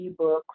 ebooks